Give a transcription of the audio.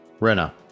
Rena